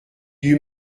eut